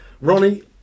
Ronnie